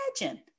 imagine